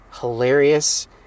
hilarious